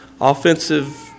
offensive